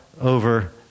over